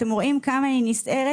אתם רואים כמה אני נסערת.